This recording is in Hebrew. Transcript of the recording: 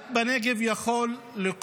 רק בנגב זה יכול לקרות,